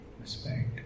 respect